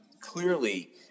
clearly